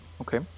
Okay